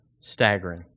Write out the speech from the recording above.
staggering